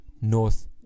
North